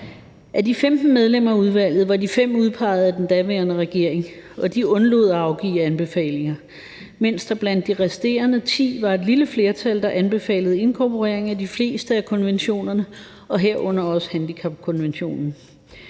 Af de 15 medlemmer af udvalget var de 5 udpeget af den daværende regering, og de undlod at afgive anbefalinger, mens der blandt de resterende ti var et lille flertal, der anbefalede inkorporering af de fleste af konventionerne, herunder handicapkonventionen.